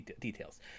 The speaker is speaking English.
details